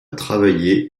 travaillé